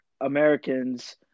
Americans